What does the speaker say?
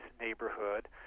neighborhood